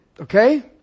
Okay